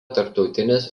tarptautinis